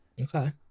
Okay